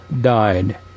died